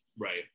Right